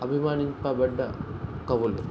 అభిమానింపబడ్డ కవులు